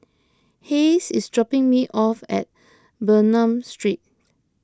Hayes is dropping me off at Bernam Street